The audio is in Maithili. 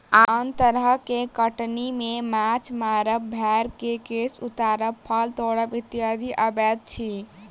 आन तरह के कटनी मे माछ मारब, भेंड़क केश उतारब, फल तोड़ब इत्यादि अबैत अछि